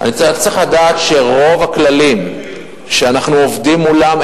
צריך לדעת שרוב הכללים שאנחנו עובדים מולם,